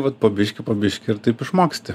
vat po biškį po biškį ir taip išmoksti